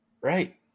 Right